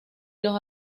los